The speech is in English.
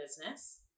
business